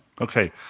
okay